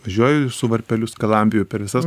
važiuoju su varpeliu skalambiju per visas